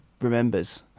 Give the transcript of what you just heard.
remembers